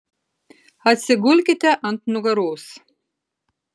atsigulkite ant nugaros